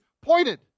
pointed